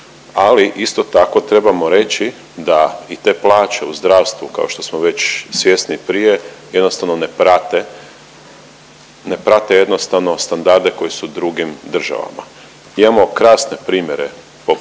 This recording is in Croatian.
ali isto tako trebamo reći da i te plaće u zdravstvu kao što smo već svjesni prije jednostavno ne prate, ne prate jednostavno standarde koje su u drugim državama. Mi imamo krasne primjere, poput